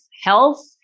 health